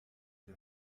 der